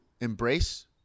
embrace